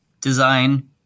design